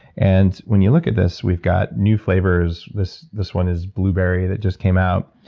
and when you look at this, we've got new flavors. this this one is blueberry that just came out.